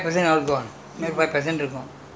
ah before my generation ah mostly gone